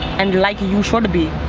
and like you should be.